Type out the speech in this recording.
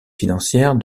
financière